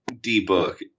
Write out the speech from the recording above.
D-Book